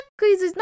quiz